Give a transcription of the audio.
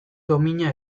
domina